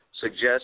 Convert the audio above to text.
suggest